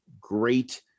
great